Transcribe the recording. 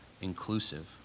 inclusive